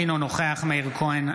אינו נוכח מאיר כהן,